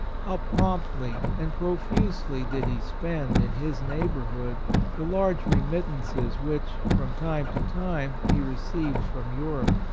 how promptly and profusely did he spend in his neighborhood the large remit tances which, from time to time, he received from europe.